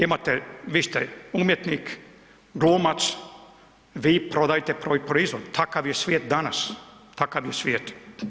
Imate, vi ste umjetnik, glumac, vi prodajete proizvod, takav je svijet danas, takav je svijet.